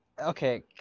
okay